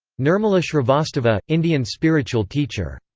nirmala srivastava, indian spiritual teacher.